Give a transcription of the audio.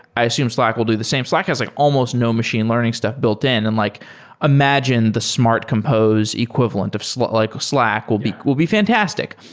i assume slack will do the same. slack has like almost no machine learning stuff built-in, and like imagine the smart compose equivalent of slack like slack will be will be fantastic.